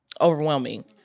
overwhelming